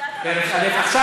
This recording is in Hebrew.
יש עוד הרבה, פרק א', פרק א'.